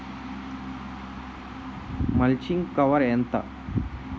Mulching cover ఎంత?